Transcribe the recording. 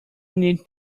need